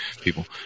people